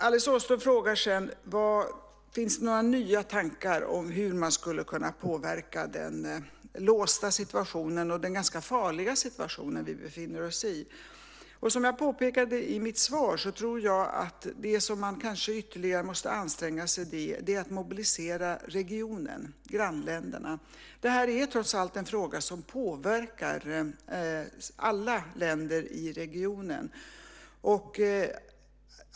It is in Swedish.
Alice Åström frågade sedan om det finns några nya tankar om hur man skulle kunna påverka den låsta och ganska farliga situation vi befinner oss i. Som jag påpekade i mitt svar tror jag att det man kanske måste anstränga sig ytterligare i är att mobilisera regionen, grannländerna. Det här är trots allt en fråga som påverkar alla länder i regionen.